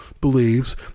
believes